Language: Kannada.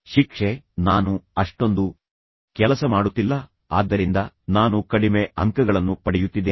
ಶಿಕ್ಷೆ ನಾನು ಅಷ್ಟೊಂದು ಕೆಲಸ ಮಾಡುತ್ತಿಲ್ಲ ಆದ್ದರಿಂದ ನಾನು ಕಡಿಮೆ ಅಂಕಗಳನ್ನು ಪಡೆಯುತ್ತಿದ್ದೇನೆ